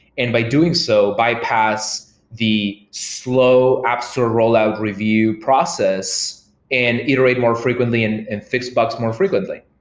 and by doing so, bypass the slow app store rollout review process and iterate more frequently and and fix bugs more frequently.